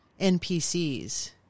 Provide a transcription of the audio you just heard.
NPCs